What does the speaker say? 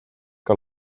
que